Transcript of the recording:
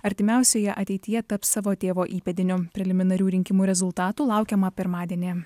artimiausioje ateityje taps savo tėvo įpėdiniu preliminarių rinkimų rezultatų laukiama pirmadienį